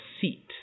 seat